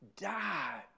die